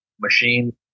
Machine